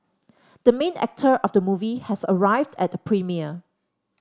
the main actor of the movie has arrived at the premiere